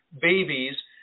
babies